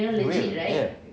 real ya